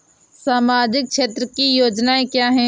सामाजिक क्षेत्र की योजनाएँ क्या हैं?